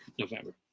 November